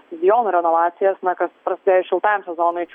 stadionų renovacijas na kas prasidėjus šiltajam sezonui